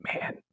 Man